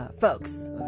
Folks